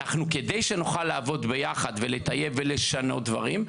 כדי שנוכל לעבוד ביחד ונוכל לטייב ולשנות דברים,